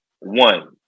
one